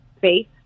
faith